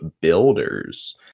Builders